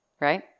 right